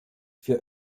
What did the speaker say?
für